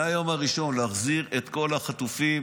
מהיום הראשון, להחזיר את כל החטופים